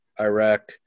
Iraq